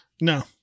no